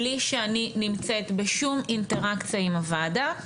בלי שאני נמצאת בשום אינטראקציה עם הוועדה,